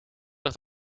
ligt